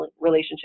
relationship